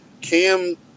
Cam